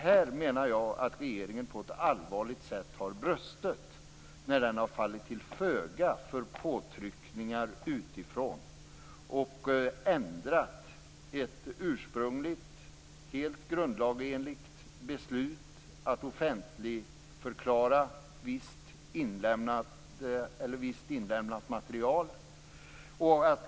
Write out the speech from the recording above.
Jag menar att regeringen här på ett allvarligt sätt har brustit. Den har fallit till föga för påtryckningar utifrån och ändrat ett ursprungligt, helt grundlagsenligt beslut att offentligförklara visst inlämnat material.